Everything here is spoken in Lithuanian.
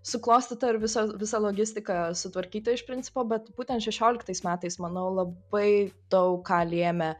suklostyta ir visa visa logistika sutvarkyti iš principo bet būtent šešioliktais metais manau labai daug ką lėmė